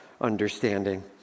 understanding